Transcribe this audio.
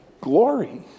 glory